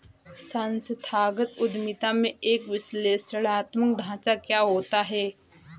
संस्थागत उद्यमिता में एक विश्लेषणात्मक ढांचा क्या होता है?